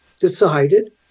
decided